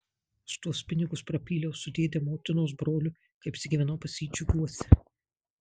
aš tuos pinigus prapyliau su dėde motinos broliu kai apsigyvenau pas jį džiuguose